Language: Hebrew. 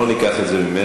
לא ניקח את זה ממנו,